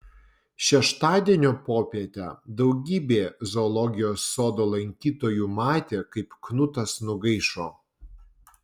šeštadienio popietę daugybė zoologijos sodo lankytojų matė kaip knutas nugaišo